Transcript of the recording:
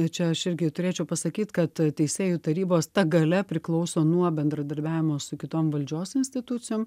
čia aš irgi turėčiau pasakyt kad teisėjų tarybos ta galia priklauso nuo bendradarbiavimo su kitom valdžios institucijom